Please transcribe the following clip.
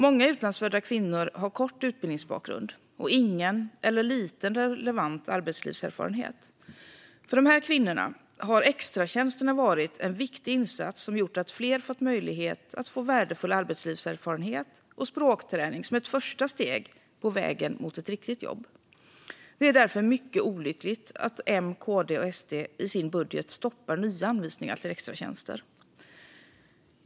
Många utlandsfödda kvinnor har kort utbildningsbakgrund och ingen eller liten relevant arbetslivserfarenhet. För dessa kvinnor har extratjänsterna varit en viktig insats som har gjort att fler fått möjlighet att få värdefull arbetslivserfarenhet och språkträning som ett första steg på vägen mot ett riktigt jobb. Det är därför mycket olyckligt att M, KD och SD i sin budget stoppar nya anvisningar till extratjänster.